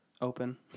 open